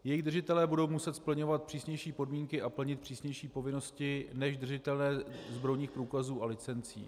Jejich držitelé budou muset splňovat přísnější podmínky a plnit přísnější povinnosti než držitelé zbrojních průkazů a licencí.